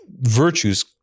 virtues